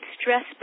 stress